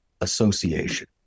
association